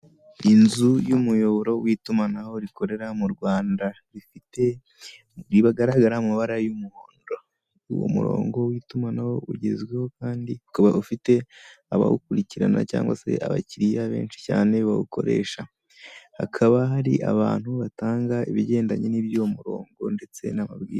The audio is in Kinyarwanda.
Inzu y'umuyoboro w'itumanaho rikorera mu Rwanda rifite rigaragara mu mabara y'umuhondo uwo murongo w'itumanaho ugezweho kandi uka ufite abawukurikirana cyangwa se abakiriya benshi cyane bawukoresha, hakaba hari abantu batanga ibigendanye n'iby' uwo murongo ndetse n'amabwiriza.